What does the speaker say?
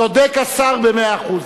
צודק השר במאה אחוז.